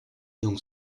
donc